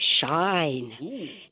shine